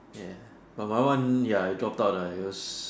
ya but my one ya I drop out lah because